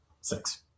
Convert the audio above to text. Six